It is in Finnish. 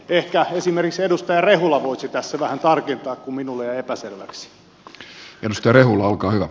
ehkä esimerkiksi edustaja rehula voisi tässä vähän tarkentaa kun minulle jäi epäselväksi